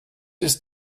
ist